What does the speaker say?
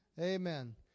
Amen